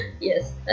Yes